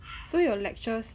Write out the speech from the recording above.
so you're lectures